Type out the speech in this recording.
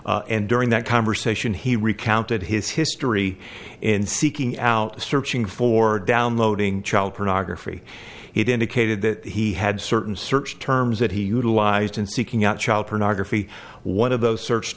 and during that conversation he recounted his history in seeking out searching for downloading child pornography it indicated that he had certain search terms that he utilized in seeking out child pornography one of those search